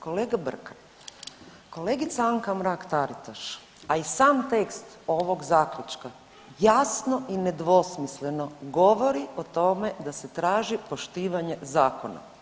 Kolega Brkan, kolegica Anka Mrak Taritaš, a i sam tekst ovog zaključka jasno i nedvosmisleno govori o tome da se traži poštivanje zakona.